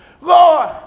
Lord